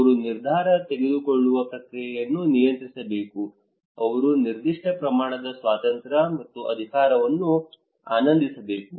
ಅವರು ನಿರ್ಧಾರ ತೆಗೆದುಕೊಳ್ಳುವ ಪ್ರಕ್ರಿಯೆಯನ್ನು ನಿಯಂತ್ರಿಸಬೇಕು ಅವರು ನಿರ್ದಿಷ್ಟ ಪ್ರಮಾಣದ ಸ್ವಾತಂತ್ರ್ಯ ಮತ್ತು ಅಧಿಕಾರವನ್ನು ಆನಂದಿಸಬೇಕು